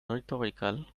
rhetorical